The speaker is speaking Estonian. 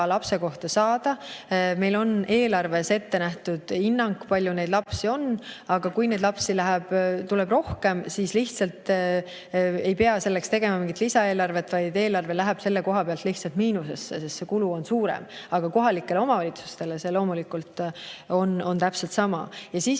lapse kohta saada. Meil on eelarves ette nähtud hinnang, kui palju neid lapsi on, aga kui neid tuleb rohkem, siis lihtsalt ei pea selleks tegema mingit lisaeelarvet, vaid eelarve läheb selle koha pealt lihtsalt miinusesse, sest see kulu on suurem. Aga kohalikele omavalitsustele see loomulikult on täpselt sama. Ja siis